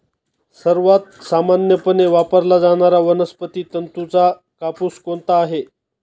सर्वात सामान्यपणे वापरला जाणारा वनस्पती तंतूचा कापूस कोणता आहे?